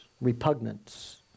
repugnance